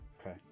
okay